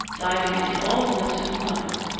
diving into all the nooks and corners,